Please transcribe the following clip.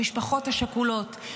למשפחות השכולות,